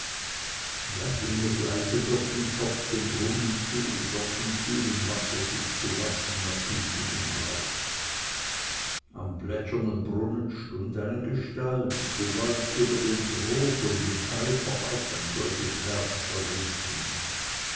da ging es leise durch den schopf dem brunnen zu dort im kühlen wasser sich zu waschen nach üblichem brauch am plätschernden brunnen stund eine gestalt gebeugt über den trog und mit eifer auch ein solches werk verrichtend